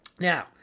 now